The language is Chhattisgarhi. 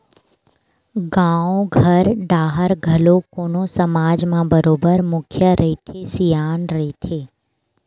गाँव घर डाहर घलो कोनो समाज म बरोबर मुखिया रहिथे, सियान रहिथे